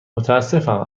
متاسفم